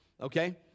Okay